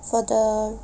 for the